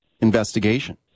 investigation